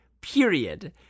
Period